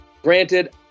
Granted